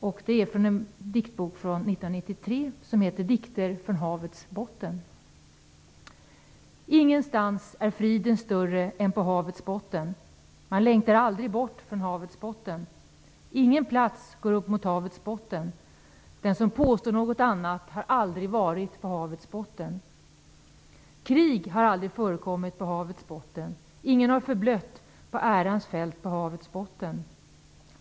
Dikten är hämtad från en diktbok från 1993 som heter Dikter från havets botten. "Ingenstans är friden större än på havets botten. Man längtar aldrig bort från havets botten. Ingen plats går upp mot havets botten. Den som påstår något annat har aldrig varit på havets botten. Krig har aldrig förekommit på havets botten. Ingen har förblött på ärans fält på havets botten.